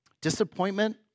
Disappointment